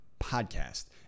podcast